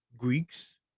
Greeks